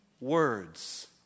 words